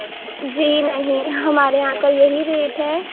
جی نہیں ہمارے یہاں کا یہی ریٹ ہے